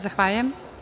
Zahvaljujem.